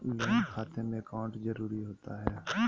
Loan खाते में account जरूरी होता है?